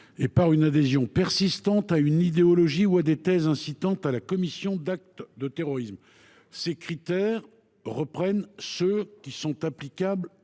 et par une adhésion persistante à une idéologie ou à des thèses incitant à la commission d’actes de terrorisme ». Ces critères reprennent ceux qui sont applicables